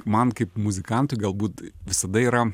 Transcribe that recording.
man kaip muzikantui galbūt visada yra